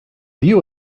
view